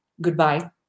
goodbye